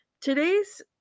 Today's